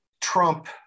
Trump